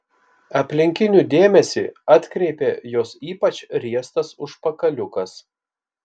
aplinkinių dėmesį atkreipė jos ypač riestas užpakaliukas